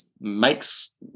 makes